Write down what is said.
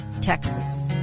Texas